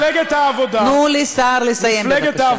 תנו לשר לסיים בבקשה.